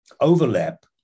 overlap